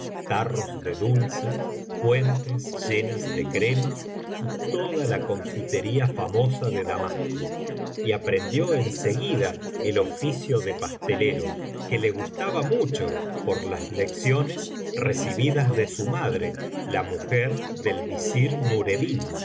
tarros de dulce fuentes llenas de crema y toda la confitería famosa de damasco y aprendió en seguida el oficio de pastelero que le gustaba mucho por las lecciones recibidas de su madre la mujer del visir